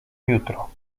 jutro